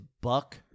buck